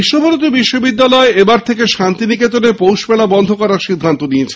বিশ্বভারতী বিশ্ববিদ্যালয় এবার থেকে শান্তিনিকেতনে পৌষমেলা বন্ধ করার সিদ্ধান্ত নিয়েছে